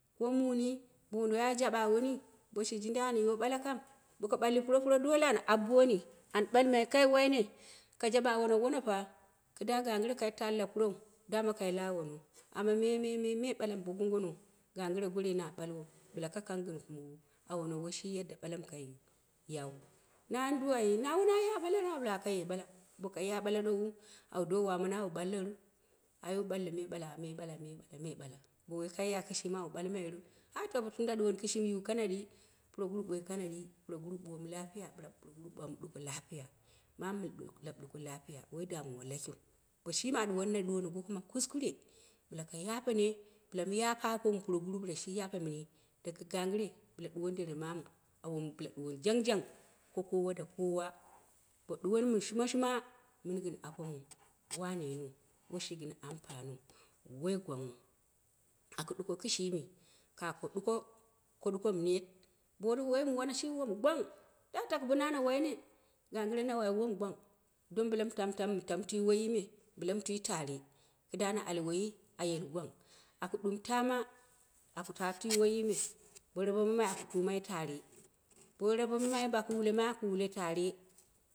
Bo wunduwoi ba jaɓe awo ni bo shi jindai an yiwo ɓala kam, buka ɓalli puropuro dole an abbooni a ɓalmai, kai waine, ka jaɓe awona wonofa kɨda ganggɨre kai taghɨlla puro dama kai la awono amma mememe balam bo gonggono, ganggɨre me ɓalai na ɓalwow ka kanghi gɨn komowo, awono woi shi yadda ɓalam kai yau. Nangda? O na wono ya bala awo kaye ɓala, bowo kai ɓalau ge ha awo do wa mono awu ɓalloru, ai wu ɓallo me ɓala, me ɓala, me ɓala me bo wo ka ya kishiu awu do belloru? Alh. to tunda duwo ni kishimi yu kanadi puroguro ɓoi kanaɗi, puroguru ɓooma lafiya ɓau puroguru ɓooma ɗuko lapiya, mamu mɨn lab ɗuko lapiya woi damuwa lakiu. bo shimi a ɗuwoni na ɗuwono la goko ma kuskure bɨla ka yapene, bɨla mu yap apomu puroguru bila shi yapemuni daga ganggɨre bila ɗuwoni dere mu jangjang ko kowa da kowu. Bo ɗuwoni mɨn shum shuma gɨn a pomuu. wano yinuu woi shi gin ampaniu woi guangnghu aki ɗuko kishi mi ka ko ɗuko, ko ɗuko mi net wundowoi mi duwa shi wom gwang, be woi ɗɨ shi wom ɗuwana wom gang. ganggne na wai mum gwang dam mu tamu, mu tamu tai woyima bila ma tai tare kɨda na al woyi a yeni gwang, aku ɗɨm taama aku ta tai woyimi, borabo mama aku tumai tarebo woi rabo maiyi bo aku wulma aku wulma taare.